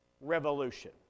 revolution